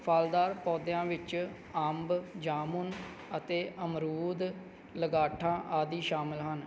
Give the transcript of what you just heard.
ਫਲਦਾਰ ਪੌਦਿਆਂ ਵਿੱਚ ਅੰਬ ਜਾਮੁਨ ਅਤੇ ਅਮਰੂਦ ਲਗਾਠਾਂ ਆਦਿ ਸ਼ਾਮਿਲ ਹਨ